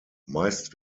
meist